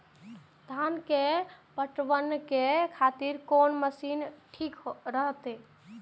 धान के पटवन के खातिर कोन मशीन ठीक रहते?